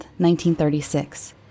1936